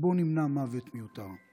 ובואו נמנע מוות מיותר.